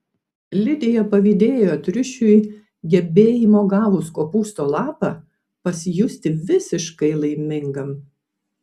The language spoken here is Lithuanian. lidija pavydėjo triušiui gebėjimo gavus kopūsto lapą pasijusti visiškai laimingam